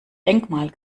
denkmal